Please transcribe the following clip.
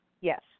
Yes